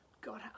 god